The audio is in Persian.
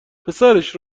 پسرش